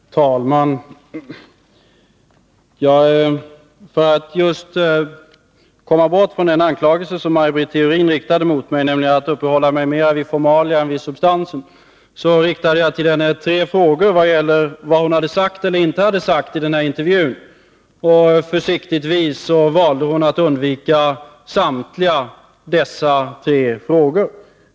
Herr talman! Just för att komma bort från den anklagelse som Maj Britt Theorin riktade mot mig — att jag uppehåller mig mer vid formalia än vid substansen — riktade jag till henne tre frågor beträffande vad hon hade sagt och inte sagt i intervjun. Försiktigtvis valde hon att undvika samtliga dessa tre frågor.